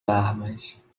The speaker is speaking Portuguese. armas